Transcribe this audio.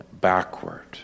backward